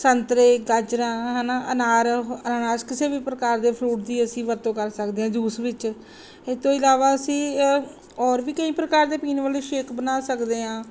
ਸੰਤਰੇ ਗਾਜਰਾਂ ਹੈ ਨਾ ਅਨਾਰ ਕਿਸੇ ਵੀ ਪ੍ਰਕਾਰ ਦੇ ਫਰੂਟ ਦੀ ਅਸੀਂ ਵਰਤੋਂ ਕਰ ਸਕਦੇ ਹਾਂ ਜੂਸ ਵਿੱਚ ਇਹ ਤੋਂ ਇਲਾਵਾ ਅਸੀਂ ਔਰ ਵੀ ਕਈ ਪ੍ਰਕਾਰ ਦੇ ਪੀਣ ਵਾਲੇ ਸ਼ੇਕ ਬਣਾ ਸਕਦੇ ਹਾਂ